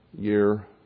year